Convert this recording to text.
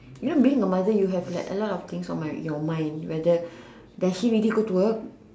you know being a mother you know have like a lot of things on mind your mind whether does she really goes to work